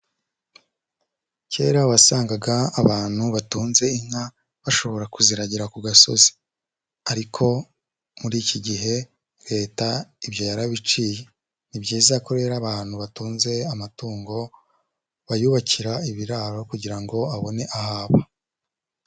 Kera wasangaga abantu batunze inka bashobora kuziragira ku gasozi ariko muri iki gihe leta ibyo yarabiciye, ni byiza ko rero abantu batunze amatungo, bayubakira ibiraro kugira ngo abone ahaba.